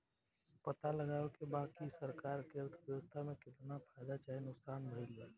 पता लगावे के बा की सरकार के अर्थव्यवस्था में केतना फायदा चाहे नुकसान भइल बा